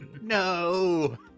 No